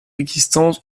existence